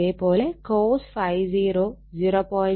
അതേ പോലെ cos ∅0 0